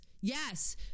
Yes